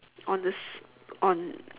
on the Se on